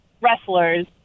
wrestlers